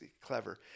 clever